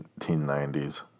1990s